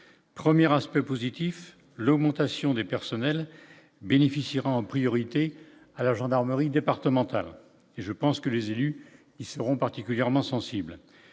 premières aspects positifs, l'augmentation des personnels bénéficiera en priorité à la gendarmerie départementale, et je pense que les élus, ils seront particulièrement sensible,